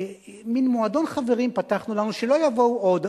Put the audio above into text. מין מועדון חברים פתחנו לנו, שלא יבואו עוד.